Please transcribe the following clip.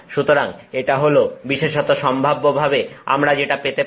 সুতরাং এটা হল বিশেষত সম্ভাব্যভাবে আমরা যেটা পেতে পারি